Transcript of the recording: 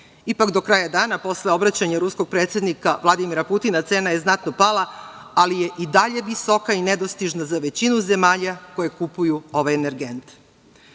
Ipak do kraja dana, posle obraćanja ruskog predsednika Vladimira Putina, cena je znatno pala, ali je i dalje visoka i nedostižna za većinu zemalja koje kupuju ovaj energent. Takođe,